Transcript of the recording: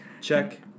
Check